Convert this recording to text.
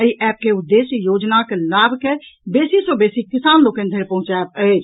एहि एप के उद्देश्य योजनाक लाभ के बेसी सँ बेसी किसान लोकनि धरि पहुंचायब अछि